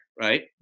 right